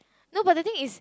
no but the thing is